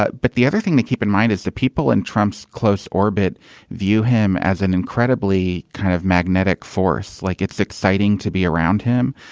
but but the other thing to keep in mind is the people and trump's close orbit view him as an incredibly kind of magnetic force. like, it's exciting to be around him.